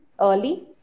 early